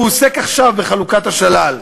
והוא עוסק עכשיו בחלוקת השלל.